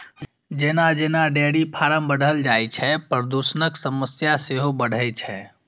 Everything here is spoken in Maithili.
जेना जेना डेयरी फार्म बढ़ल जाइ छै, प्रदूषणक समस्या सेहो बढ़ै छै